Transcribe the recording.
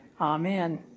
Amen